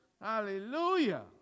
Hallelujah